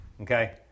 Okay